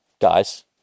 guys